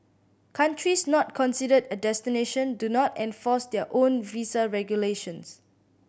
countries not considered a destination do not enforce their own visa regulations